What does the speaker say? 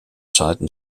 zeiten